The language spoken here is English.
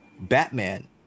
batman